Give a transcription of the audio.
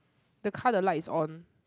the car the light is on